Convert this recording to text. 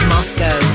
Moscow